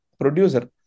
producer